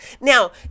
Now